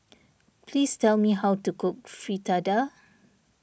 please tell me how to cook Fritada